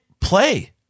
play